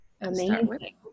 Amazing